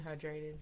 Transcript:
hydrated